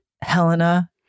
Helena